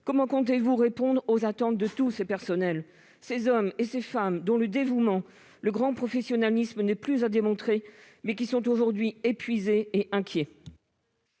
comment comptez-vous répondre aux attentes de ces personnels, de tous ces hommes et de toutes ces femmes dont le dévouement et le grand professionnalisme ne sont plus à démontrer, mais qui sont aujourd'hui épuisés et inquiets ?